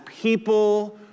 people